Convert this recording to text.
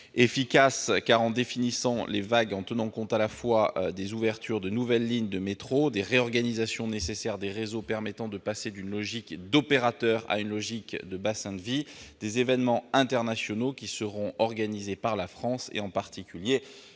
qu'il faut définir les vagues en tenant compte à la fois des ouvertures des nouvelles lignes de métro, des réorganisations nécessaires des réseaux permettant de passer d'une logique d'opérateur à une logique de bassin de vie et des événements internationaux qui seront organisés par la France, en particulier